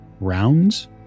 rounds